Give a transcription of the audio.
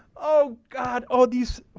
of god or these